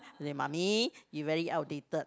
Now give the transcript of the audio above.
they mummy you very outdated